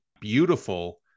beautiful